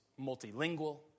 multilingual